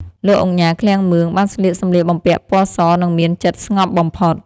លោកឧកញ៉ា ឃ្លាំងមឿង បានស្លៀកសម្លៀកបំពាក់ពណ៌ស និងមានចិត្តស្ងប់បំផុត។